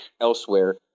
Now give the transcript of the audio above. elsewhere